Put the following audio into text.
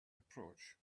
approach